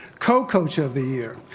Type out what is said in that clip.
co-coach of the year.